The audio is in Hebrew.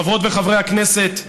חברות וחברי הכנסת,